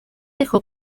dejó